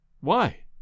Why